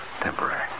temporary